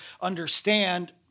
understand